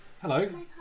Hello